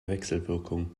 wechselwirkung